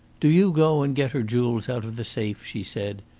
do you go and get her jewels out of the safe, she said,